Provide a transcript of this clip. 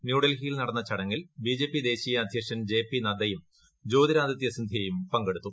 ന്യൂഡൽഹിയിൽ നടന്ന ചടങ്ങിൽ ബിജെപി ദേശീയ അധ്യക്ഷൻ ജെ പി നദ്ദയും ജ്യോതിരാദിത്യ സിന്ധൃയും പങ്കെടുത്തു